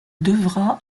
devra